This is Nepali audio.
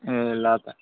ए ल त